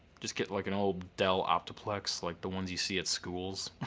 just get like an old dell optiplex, like the ones you see at schools.